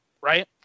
right